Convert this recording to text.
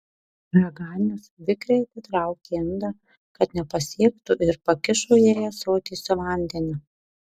raganius vikriai atitraukė indą kad nepasiektų ir pakišo jai ąsotį su vandeniu